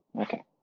Okay